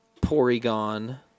Porygon